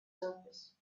surface